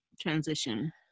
transition